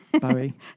Bowie